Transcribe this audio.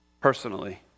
personally